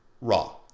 raw